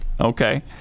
Okay